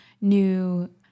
new